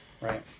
Right